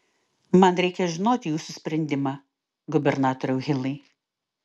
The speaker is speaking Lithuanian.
man reikia žinoti jūsų sprendimą gubernatoriau hilai